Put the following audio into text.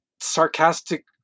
sarcastic